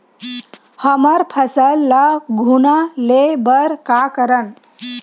हमर फसल ल घुना ले बर का करन?